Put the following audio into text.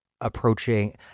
approaching